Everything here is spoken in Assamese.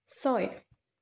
ছয়